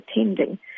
attending